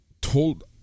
told